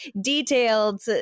detailed